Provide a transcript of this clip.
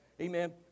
Amen